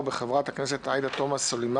בהתאם להוראות סעיף 106א(1)